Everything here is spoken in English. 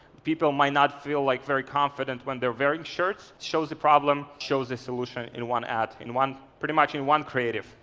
people might not feel like very confident when they are wearing shirts. shows the problem, shows the solution in one ad, in one pretty much in one creative.